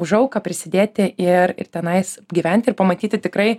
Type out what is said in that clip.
už auką prisidėti ir ir tenai gyventi ir pamatyti tikrai